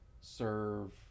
serve